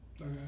Okay